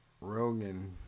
Rogan